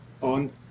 on